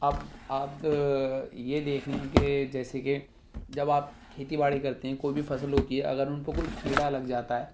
اب اب یہ دیکھ لیں کہ جیسے کہ جب آپ کھیتی باڑی کرتے ہیں کوئی بھی فصل ہوتی ہے اگر ان کو کوئی کیڑا لگ جاتا ہے